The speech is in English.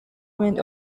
went